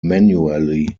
manually